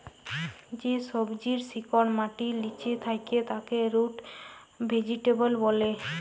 যে সবজির শিকড় মাটির লিচে থাক্যে তাকে রুট ভেজিটেবল ব্যলে